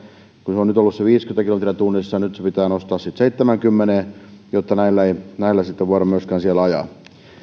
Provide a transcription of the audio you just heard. kun se raja on nyt ollut viisikymmentä kilometriä tunnissa niin nyt se pitää nostaa seitsemäänkymmeneen jotta näillä ei sitten voida siellä ajaa